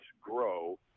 grow